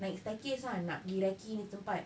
naik staircase ah nak pergi punya tempat